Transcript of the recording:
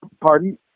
Pardon